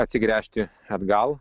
atsigręžti atgal